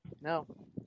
No